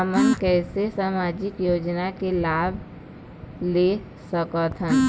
हमन कैसे सामाजिक योजना के लाभ ले सकथन?